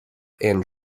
and